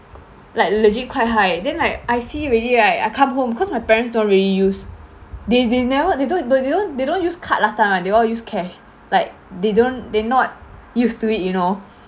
like legit quite high then I I see already right I come home cause my parents don't really use they they never they don't don't they don't they don't use card last time [one] they all use cash like they don't they not used to it you know